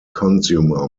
consumer